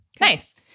Nice